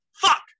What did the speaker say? Fuck